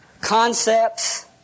concepts